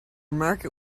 market